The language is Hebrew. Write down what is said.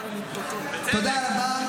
תודה רבה.